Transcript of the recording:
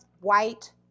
White